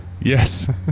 Yes